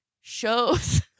shows